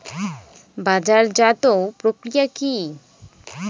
বাজারজাতও প্রক্রিয়া কি?